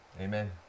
Amen